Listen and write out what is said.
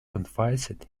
convinced